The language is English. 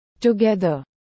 Together